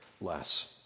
less